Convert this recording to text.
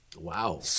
Wow